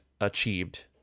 achieved